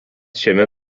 šiame